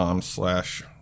slash